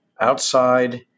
outside